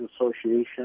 Association